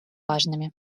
важными